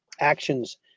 actions